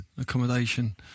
accommodation